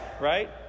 right